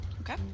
okay